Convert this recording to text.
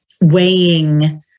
weighing